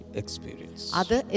experience